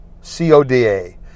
C-O-D-A